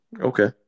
Okay